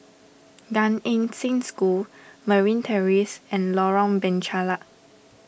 Gan Eng Seng School Marine Terrace and Lorong Penchalak